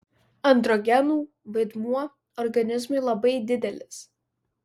androgenų vaidmuo organizmui labai didelis